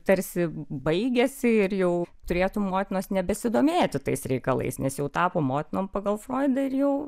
tarsi baigiasi ir jau turėtų motinos nebesidomėti tais reikalais nes jau tapo motinom pagal froidą ir jau